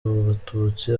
abatutsi